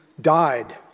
died